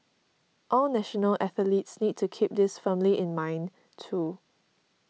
all national athletes need to keep this firmly in mind too